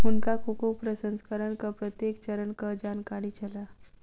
हुनका कोको प्रसंस्करणक प्रत्येक चरणक जानकारी छल